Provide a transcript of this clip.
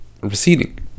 receding